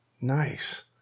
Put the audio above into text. Nice